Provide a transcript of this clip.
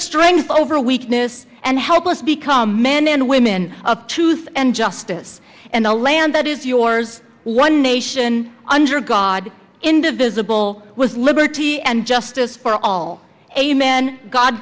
strength over weakness and help us become men and women of truth and justice and the land that is yours one nation under god indivisible with liberty and justice for all amen god